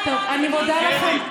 זה היה הצגה.